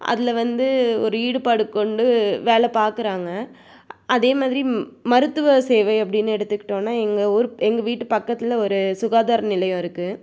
அதில் வந்து ஒரு ஈடுபாடு கொண்டு வேலை பார்க்குறாங்க அதே மாதிரி மருத்துவ சேவை அப்படின்னு எடுத்துக்கிட்டோம்னா எங்கள் ஊர் எங்கள் வீட்டு பக்கத்தில் ஒரு சுகாதார நிலையம் இருக்கு